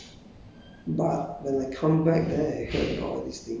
I did not hear about those things when I was there